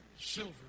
silver